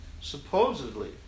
supposedly